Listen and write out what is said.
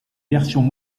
versions